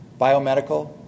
Biomedical